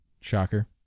Shocker